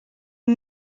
een